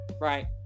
Right